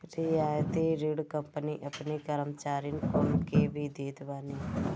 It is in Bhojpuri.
रियायती ऋण कंपनी अपनी कर्मचारीन कुल के भी देत बानी